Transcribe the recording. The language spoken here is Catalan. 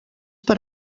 per